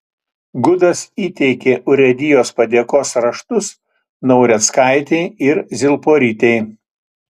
gudas įteikė urėdijos padėkos raštus naureckaitei ir zilporytei